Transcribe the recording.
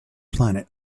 planet